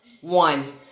one